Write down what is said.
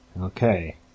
Okay